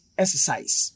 exercise